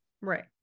right